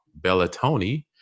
Bellatoni